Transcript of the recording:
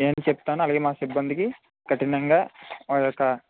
నేను చెప్తాను అలగే మా సిబ్బందికి కఠినంగా ఆ యొక్క